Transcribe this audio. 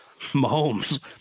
Mahomes